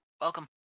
Welcome